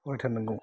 फरायथारनांगौ